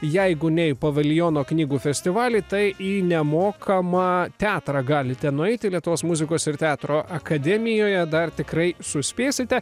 jeigu ne į paviljono knygų festivalį tai į nemokamą teatrą galite nueiti lietuvos muzikos ir teatro akademijoje dar tikrai suspėsite